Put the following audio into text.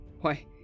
Why